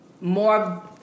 more